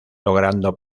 logrando